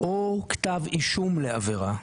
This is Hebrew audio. או כתב אישום לעבירה.